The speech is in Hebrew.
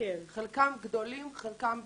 חלקם גדולים, חלקם בינוניים,